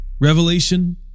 Revelation